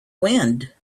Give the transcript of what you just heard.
wind